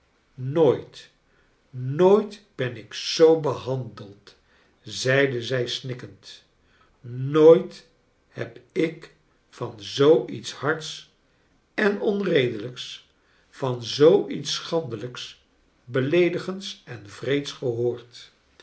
nooit nooit ben ik zoo behandeld zeide zij snikkend nooit heb ik van zoo iets hards en onredelijks van zoo iets schandelijk beleedigends en wreeds gehoord